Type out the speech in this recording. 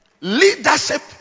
leadership